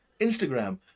Instagram